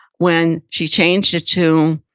when she changed it to,